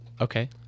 Okay